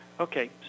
Okay